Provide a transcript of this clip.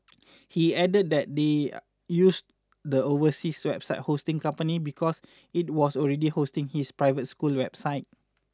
he added that they used the overseas website hosting company because it was already hosting his private school's website